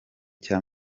cya